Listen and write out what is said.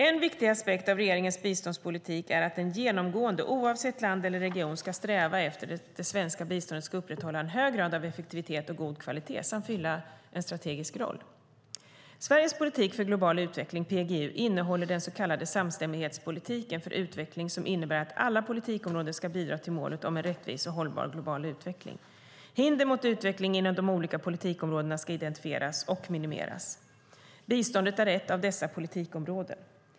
En viktig aspekt av regeringens biståndspolitik är att den genomgående, oavsett land eller region, ska sträva efter att det svenska biståndet ska upprätthålla en hög grad av effektivitet och god kvalitet samt fylla en strategisk roll. Sveriges politik för global utveckling, PGU, innehåller den så kallade samstämmighetspolitiken för utveckling, som innebär att alla politikområden ska bidra till målet om en rättvis och hållbar global utveckling. Hinder mot utveckling inom de olika politikområdena ska identifieras och minimeras. Biståndet är ett av dessa politikområden.